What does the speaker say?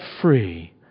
free